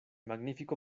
magnífico